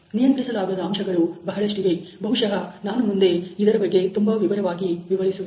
ನಿಯಂತ್ರಿಸಲಾಗದ ಅಂಶಗಳು ಬಹಳಷ್ಟಿವೆ ಬಹುಷಃ ನಾನು ಮುಂದೆ ಇದರ ಬಗ್ಗೆ ತುಂಬಾ ವಿವರವಾಗಿ ವಿವರಿಸುವೆ